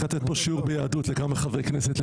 לתת פה שיעור ביהדות לכמה חברי כנסת,